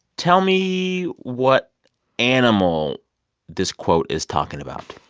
tell me what animal this quote is talking about.